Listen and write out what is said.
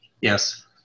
Yes